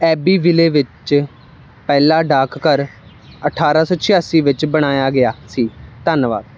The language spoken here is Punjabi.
ਐਬੀਵਿਲੇ ਵਿੱਚ ਪਹਿਲਾ ਡਾਕਘਰ ਅਠਾਰਾਂ ਸੌ ਛਿਆਸੀ ਵਿੱਚ ਬਣਾਇਆ ਗਿਆ ਸੀ ਧੰਨਵਾਦ